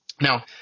Now